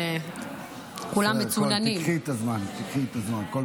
אנחנו לא